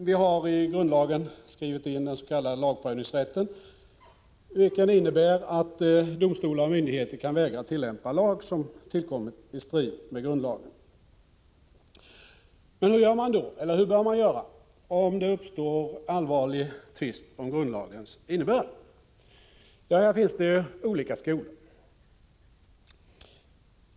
Vi har i grundlagen skrivit in den s.k. lagprövningsrätten, vilken innebär att domstolar och myndigheter kan vägra att tillämpa lag som tillkommit i strid med grundlagen. Hur bör man göra om det uppstår allvarlig tvist om grundlagens innebörd? I fråga om detta finns det olika skolor.